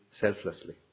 selflessly